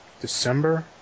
December